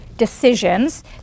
decisions